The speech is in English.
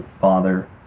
father